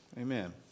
Amen